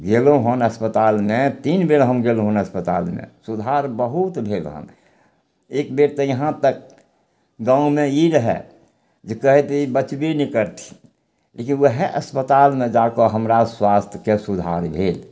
गेलहुँ हन अस्पतालमे तीन बेर हम गेलहुँ हन अस्पतालमे सुधार बहुत भेल हन एक बेर तऽ यहाँ तक गाँवमे ई रहय जे कहैत ई बचबे नहि करथिन लेकिन वएह अस्पतालमे जाके हमरा स्वास्थ्यके सुधार भेल